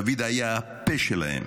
דוד היה הפה שלהם